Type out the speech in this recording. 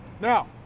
now